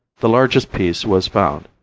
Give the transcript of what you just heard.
the largest piece was found.